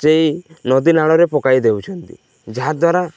ସେଇ ନଦୀ ନାଳରେ ପକାଇ ଦେଉଛନ୍ତି ଯାହା ଦ୍ୱାରା